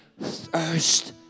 thirst